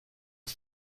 uns